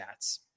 stats